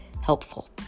helpful